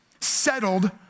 settled